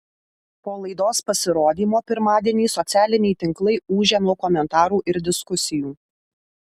po laidos pasirodymo pirmadienį socialiniai tinklai ūžia nuo komentarų ir diskusijų